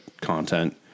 content